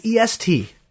EST